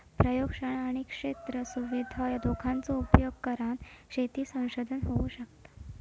प्रयोगशाळा आणि क्षेत्र सुविधा दोघांचो उपयोग करान शेती संशोधन होऊ शकता